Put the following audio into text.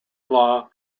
law